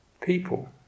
People